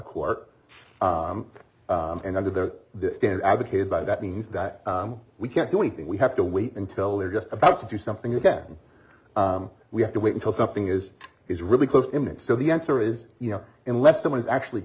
court and under the stand advocated by that means that we can't do anything we have to wait until they're just about to do something again we have to wait until something is is really close to him and so the answer is you know unless someone is actually